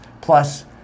plus